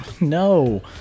no